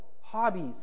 hobbies